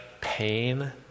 pain